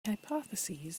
hypotheses